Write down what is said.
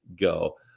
go